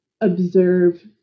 observe